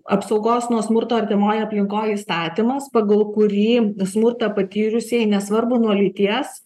apsaugos nuo smurto artimoj aplinkoj įstatymas pagal kurį smurtą patyrusieji nesvarbu nuo lyties